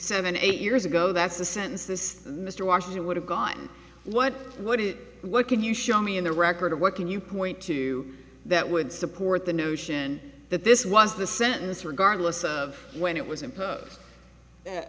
seven eight years ago that's the sentence this mr washington would have gone what would it what can you show me in the record of what can you point to you that would support the notion that this was the sentence regardless of when it was